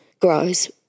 grows